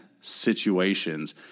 situations